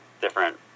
different